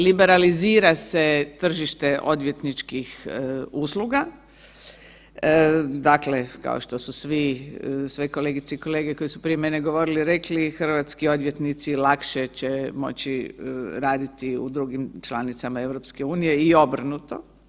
Liberalizira se tržište odvjetničkih usluga, dakle kao što su sve kolegice i kolege koje su prije mene govorili i rekli hrvatski odvjetnici lakše će moći u drugim članicama EU i obrnuto.